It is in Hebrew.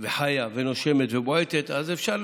וחיה ונושמת ובועטת, אז אפשר